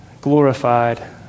glorified